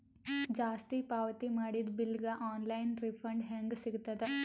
ಜಾಸ್ತಿ ಪಾವತಿ ಮಾಡಿದ ಬಿಲ್ ಗ ಆನ್ ಲೈನ್ ರಿಫಂಡ ಹೇಂಗ ಸಿಗತದ?